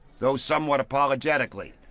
though somewhat apologetically.